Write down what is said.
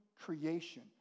creation